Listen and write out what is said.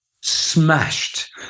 smashed